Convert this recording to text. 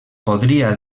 podria